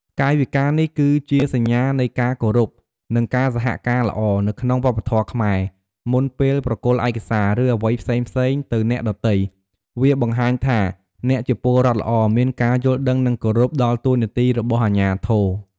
កាយវិការនេះគឺជា សញ្ញានៃការគោរព និងការសហការល្អ នៅក្នុងវប្បធម៌ខ្មែរ មុនពេលប្រគល់ឯកសារ ឬអ្វីផ្សេងៗទៅអ្នកដទៃ វាបង្ហាញថាអ្នកជាពលរដ្ឋល្អ មានការយល់ដឹង និងគោរពដល់តួនាទីរបស់អាជ្ញាធរ។